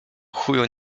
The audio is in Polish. chuju